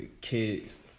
kids